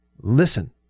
listen